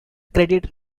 credited